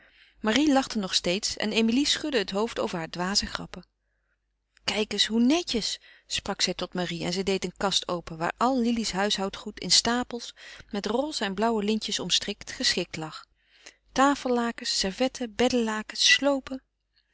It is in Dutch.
marie lachte nog steeds en emilie schudde het hoofd over hare dwaze grappen kijk eens hoe netjes sprak zij tot marie en zij deed een kast open waar al lili's huishoudgoed in stapels met roze en blauwe lintjes omstrikt geschikt lag tafellakens servetten beddelakens sloopen